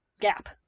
gap